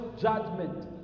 judgment